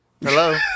Hello